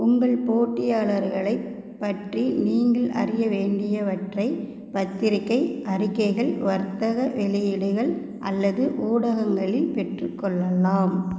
உங்கள் போட்டியாளர்களைப் பற்றி நீங்கள் அறிய வேண்டியவற்றை பத்திரிக்கை அறிக்கைகள் வர்த்தக வெளியீடுகள் அல்லது ஊடகங்களில் பெற்றுக்கொள்ளலாம்